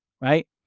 right